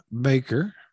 Baker